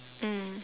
mm